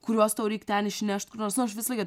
kuriuos tau reik ten išnešt kur nors nu aš visą laiką